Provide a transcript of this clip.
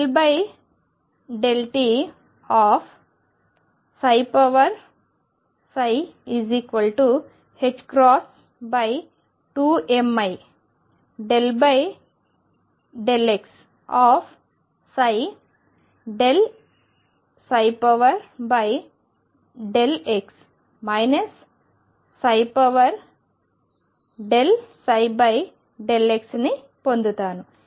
∂t2mi ∂x∂x ∂ψ∂x ని పొందుతాను